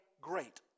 great